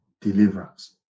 deliverance